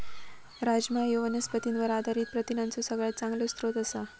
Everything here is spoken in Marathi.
राजमा ह्यो वनस्पतींवर आधारित प्रथिनांचो सगळ्यात चांगलो स्रोत आसा